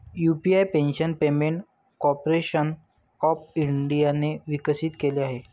UPI national payment corporation of इंडियाने विकसित केले आहे